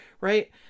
right